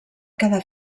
quedar